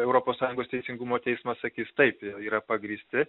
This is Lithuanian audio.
europos sąjungos teisingumo teismas sakys taip i yra pagrįsti